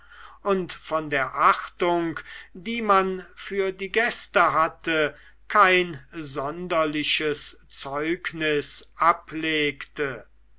und von der achtung die man für die gäste hatte kein sonderliches zeugnis ablegte